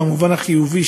במובן החיובי.